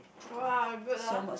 !wow! good ah